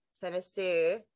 Tennessee